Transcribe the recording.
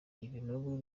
ibinogo